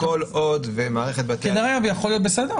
כל עוד מערכת בתי הדין --- בסדר,